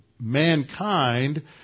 mankind